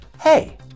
hey